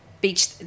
beach